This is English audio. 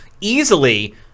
easily